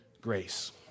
grace